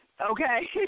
okay